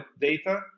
data